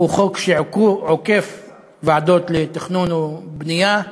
הוא חוק שעוקף ועדות לתכנון ובנייה,